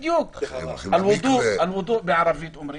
בדיוק, אל-ודוא בערבית אומרים.